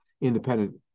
independent